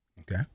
Okay